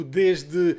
desde